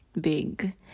big